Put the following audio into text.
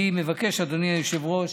אני מבקש, אדוני היושב-ראש,